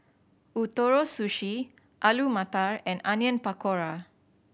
Ootoro Sushi Alu Matar and Onion Pakora